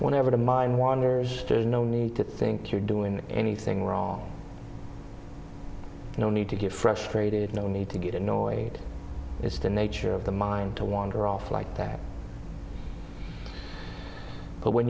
whenever the mind wanders there's no need to think you're doing anything wrong no need to get frustrated no need to get annoyed it's the nature of the mind to wander off like that but when